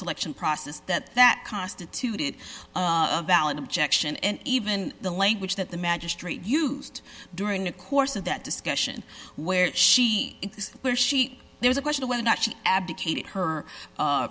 selection process that that constituted a valid objection and even the language that the magistrate used during the course of that discussion where she where she there's a question of whether or not she abdicated her